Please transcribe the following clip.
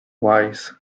wise